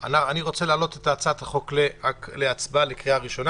אני רוצה להעלות את הצעת החוק להצבעה לקריאה ראשונה.